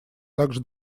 также